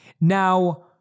Now